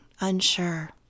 unsure